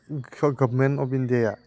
government of इण्डियाआ